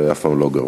זה אף פעם לא גרוע.